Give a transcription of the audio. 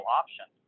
option